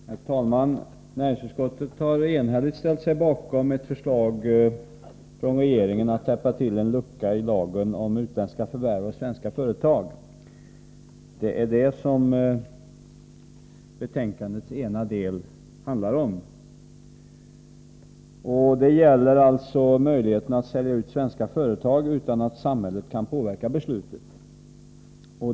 Herr talman! Näringsutskottet har enhälligt ställt sig bakom ett förslag från regeringen om att täppa till en lucka i lagen när det gäller utländska förvärv av svenska företag. Detta handlar betänkandets ena del om. Det gäller möjligheterna att sälja ut svenska företag utan att samhället kan påverka beslutet.